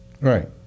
Right